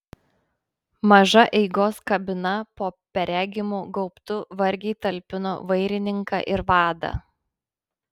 maža eigos kabina po perregimu gaubtu vargiai talpino vairininką ir vadą